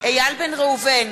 איל בן ראובן,